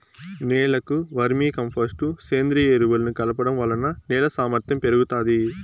నేలకు vermicompost, సేంద్రీయ ఎరువులను కలపడం వలన నేల సామర్ధ్యం పెరుగుతాది